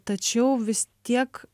tačiau vis tiek